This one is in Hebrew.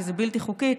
כי זה בלתי חוקי.